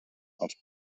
els